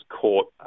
court